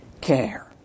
care